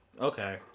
Okay